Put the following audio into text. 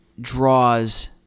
draws